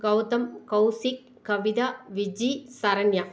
Gautham Kaushik Kavitha Viji Saranya